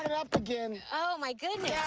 up again. oh, my goodness.